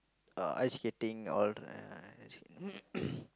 uh ice skating all uh